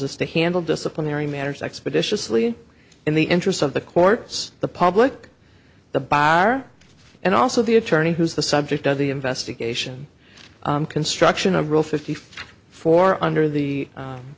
is to handle disciplinary matters expeditiously in the interests of the courts the public the bar and also the attorney who is the subject of the investigation construction of real fifty four under the